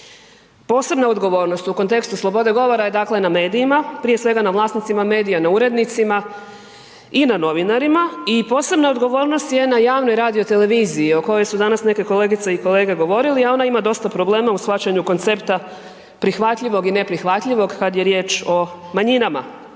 Posebna odgovornost u kontekstu slobode govora je, dakle na medijima, prije svega na vlasnicima medija, na urednicima i na novinarima i posebna odgovornost je na javnoj radio televiziji o kojoj su danas neke kolegice i kolege govorili, a ona ima dosta problema u shvaćanju koncepta prihvatljivog i neprihvatljivog kad je riječ o manjinama.